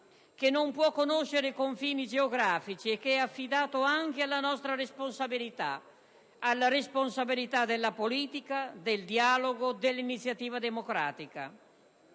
che non può conoscere confini geografici e che è affidato anche alla nostra responsabilità: alla responsabilità della politica, del dialogo, dell'iniziativa democratica.